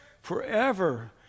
forever